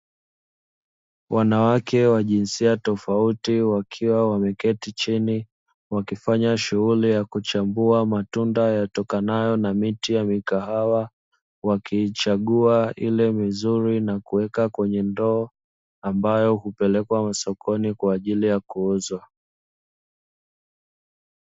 Wanawake wa jinsia tofauti wakiwa wameketi chini wakifanya shughuli ya kuchambua matunda yatokanayo na miti ya mikahawa wakiichagua ile mizuri na kuweka kwenye ndoo ambayo hupelekwa masokoni kwa ajili ya kuuzwa.